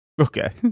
Okay